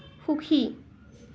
সুখী